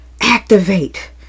activate